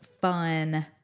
fun